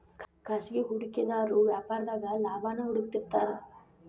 ಖಾಸಗಿ ಹೂಡಿಕೆದಾರು ವ್ಯಾಪಾರದಾಗ ಲಾಭಾನ ಹುಡುಕ್ತಿರ್ತಾರ